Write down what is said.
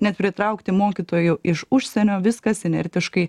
net pritraukti mokytojų iš užsienio viskas inertiškai